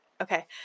Okay